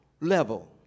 level